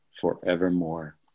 forevermore